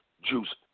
juice